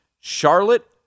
Charlotte